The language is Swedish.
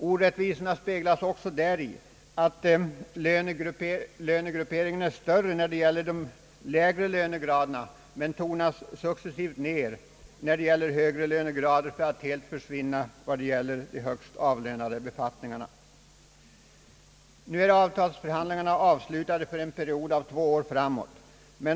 Orättvisorna speglas också däri att lönegrupperingen är större när det gäller de lägre lönegraderna men successivt tonas ned när det gäller högre lönegrader för att helt försvinna beträffande de högst avlönade befattningarna. Nu är avtalsförhandlingarna avslutade för en period av två år framåt.